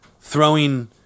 throwing